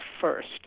first